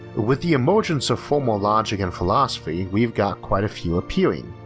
with the emergence of formal logic and philosophy we got quite a few appearing.